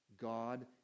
God